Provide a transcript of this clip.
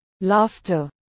Laughter